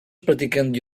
praticando